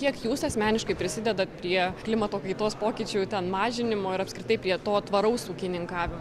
kiek jūs asmeniškai prisidedat prie klimato kaitos pokyčių ten mažinimo ir apskritai prie to tvaraus ūkininkavimo